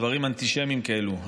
דברים אנטישמיים כאלו.